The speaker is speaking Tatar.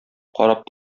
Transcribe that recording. карап